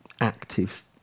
active